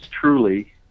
truly